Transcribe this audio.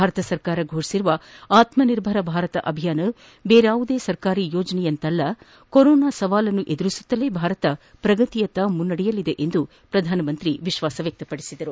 ಭಾರತ ಸರ್ಕಾರ ಘೋಷಿಸಿರುವ ಆತ್ನ ನಿರ್ಭರ ಭಾರತ ಅಭಿಯಾನ ಬೇರಾವುದೇ ಸರ್ಕಾರಿ ಯೋಜನೆಯಂತಲ್ಲ ಕೊರೋನಾ ಸವಾಲನ್ನು ಎದುರಿಸುತ್ತಲೇ ಭಾರತ ಪ್ರಗತಿಯತ್ತ ಮುನ್ನಡೆಯಲಿದೆ ಎಂದು ಪ್ರಧಾನಮಂತ್ರಿ ಹೇಳಿದ್ದಾರೆ